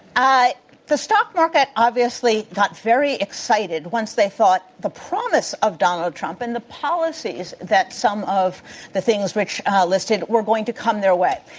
the stock market obviously got very excited once they thought the promise of donald trump and the policies that some of the things rich listed were going to come their way.